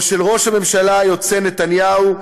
או של ראש הממשלה היוצא נתניהו,